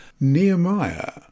Nehemiah